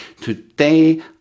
Today